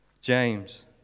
James